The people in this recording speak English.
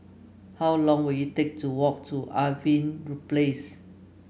how long will it take to walk to Irving Place